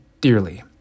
dearly